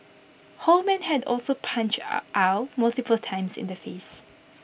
Holman had also punched Ow multiple times in the face